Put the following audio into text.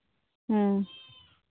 ᱦᱮᱸ